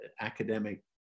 academic